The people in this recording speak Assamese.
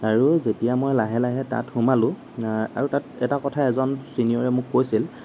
আৰু যেতিয়া মই লাহে লাহে তাত সোমালো আৰু তাত এটা কথা এজন চিনিয়ৰে মোক কৈছিল